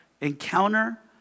encounter